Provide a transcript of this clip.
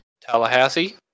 Tallahassee